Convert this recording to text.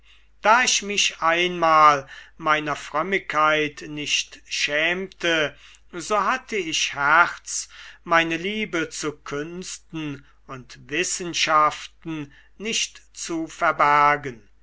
da ich mich einmal meiner frömmigkeit nicht schämte so hatte ich herz meine liebe zu künsten und wissenschaften nicht zu verbergen